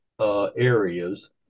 areas